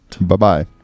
Bye-bye